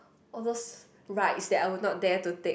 all those rides that I will not dare to take